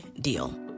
deal